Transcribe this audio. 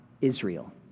Israel